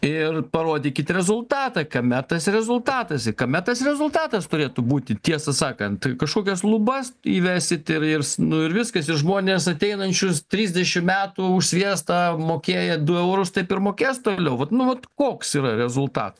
ir parodykit rezultatą kame tas rezultatas kame tas rezultatas turėtų būti tiesą sakant kažkokias lubas įvesit ir ir nu ir viskas ir žmonės ateinančius trisdešim metų už sviestą mokėję du eurus taip ir mokės toliau va nu vat koks yra rezultat